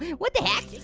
what the heck?